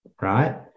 right